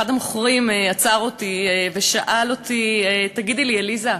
אחד המוכרים עצר אותי ושאל אותי: תגידי לי, עליזה,